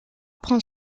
prend